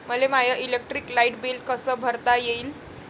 मले माय electric light bill कस भरता येईल?